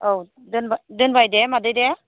औ दोनबाय दे मादै दे